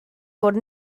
fod